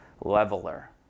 leveler